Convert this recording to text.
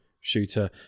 shooter